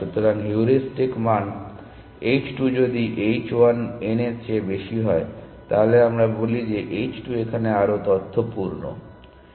সুতরাং হিউরিস্টিক মান h 2 যদি h 1 n এর চেয়ে বেশি হয় তাহলে আমরা বলি যে h 2 এখানে আরও তথ্যপূর্ণ